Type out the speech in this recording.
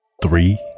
three